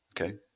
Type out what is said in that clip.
Okay